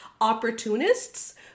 opportunists